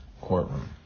courtroom